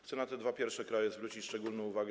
Chcę na te dwa pierwsze kraje zwrócić szczególną uwagę.